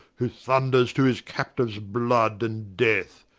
who thunders to his captiues, blood and death,